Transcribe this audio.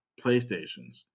PlayStations